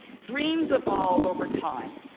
dreams evolve over time.